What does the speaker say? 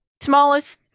smallest